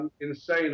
insane